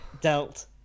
dealt